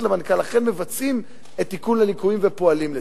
למנכ"ל אכן מבצעים את תיקון הליקויים ופועלים לזה.